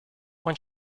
when